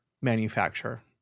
manufacturer